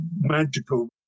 magical